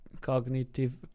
cognitive